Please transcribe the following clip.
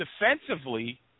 defensively